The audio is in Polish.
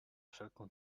wszelką